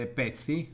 pezzi